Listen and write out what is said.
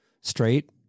straight